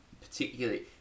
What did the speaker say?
particularly